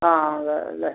ആ അതെ അല്ലേ